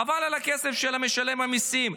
חבל על הכסף של משלם המיסים.